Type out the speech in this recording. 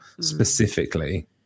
specifically